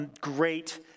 great